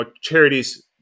charities